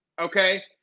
Okay